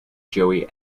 joey